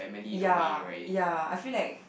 ya ya I feel like